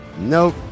Nope